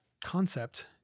concept